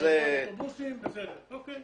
חברות אוטובוסים, בסדר.